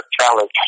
challenge